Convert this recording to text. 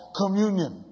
communion